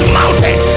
mountain